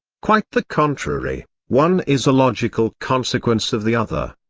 quite the contrary, one is a logical consequence of the other.